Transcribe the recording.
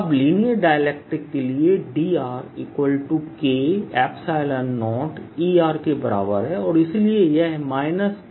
अब linear dielectric के लिए DrK0Er के बराबर है